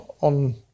on